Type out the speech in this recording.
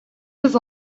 was